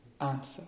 answer